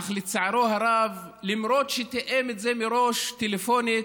אך לצערו הרב, למרות שתיאם את זה מראש טלפונית,